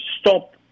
stop